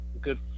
Good